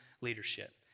leadership